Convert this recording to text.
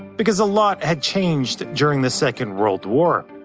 because a lot had changed during the second world war.